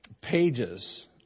pages